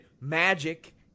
magic